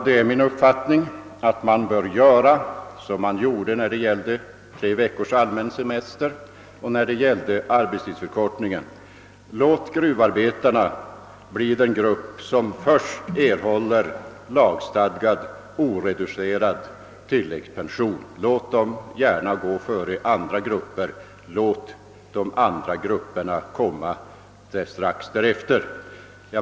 Det är min uppfattning att man härvidlag bör göra som man gjorde när det gällde treveckorssemestern och arbetstidsförkortningen; låt gruvarbetarna bli den grupp som först erhåller lagstadgad oreducerad tilläggspension! Låt dem gärna gå före andra grupper! Låt de andra grupperna komma strax därefter.